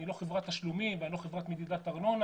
אני לא חברת תשלומים ואני לא חברת מדידת ארנונה.